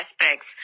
aspects